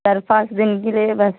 चार पाँच दिन के लिए बस